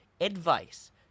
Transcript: advice